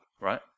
right